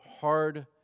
hard